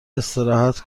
استراحت